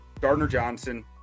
Gardner-Johnson